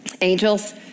angels